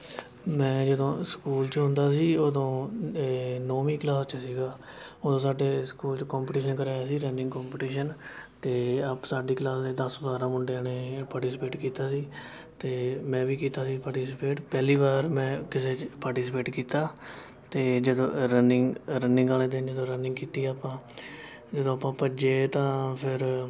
ਮੈਂ ਜਦੋਂ ਸਕੂਲ 'ਚ ਹੁੰਦਾ ਸੀ ਉਦੋਂ ਨੌਵੀਂ ਕਲਾਸ 'ਚ ਸੀਗਾ ਉਦੋਂ ਸਾਡੇ ਸਕੂਲ 'ਚ ਕੌਪਟੀਸ਼ਨ ਕਰਵਾਇਆ ਸੀ ਰਨਿੰਗ ਕੌਪਟੀਸ਼ਨ ਅਤੇ ਅਪ ਸਾਡੀ ਕਲਾਸ ਦੇ ਦਸ ਬਾਰ੍ਹਾਂ ਮੁੰਡਿਆਂ ਨੇ ਪਾਰਟੀਸਿਪੇਟ ਕੀਤਾ ਸੀ ਅਤੇ ਮੈਂ ਵੀ ਕੀਤਾ ਸੀ ਪਾਰਟੀਸਿਪੇਟ ਪਹਿਲੀ ਵਾਰ ਮੈਂ ਕਿਸੇ 'ਚ ਪਾਰਟੀਸਿਪੇਟ ਕੀਤਾ ਅਤੇ ਜਦੋਂ ਰਨਿੰਗ ਰਨਿੰਗ ਵਾਲੇ ਦਿਨ ਜਦੋਂ ਰਨਿੰਗ ਕੀਤੀ ਆਪਾਂ ਜਦੋਂ ਆਪਾਂ ਭੱਜੇ ਤਾਂ ਫਿਰ